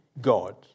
God